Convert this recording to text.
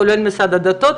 כולל משרד הדתות,